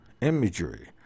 imagery